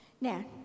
Now